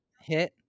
hit